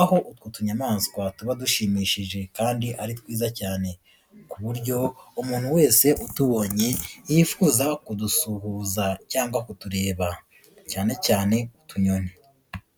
aho utwo tunyamaswa tuba dushimishije kandi ari twiza cyane ku buryo umuntu wese utubonye yifuza kudusuhuza cyangwa kutureba cyane cyane utunyoni.